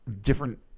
different